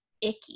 icky